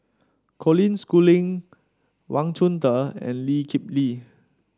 Colin Schooling Wang Chunde and Lee Kip Lee